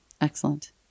Excellent